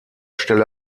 stelle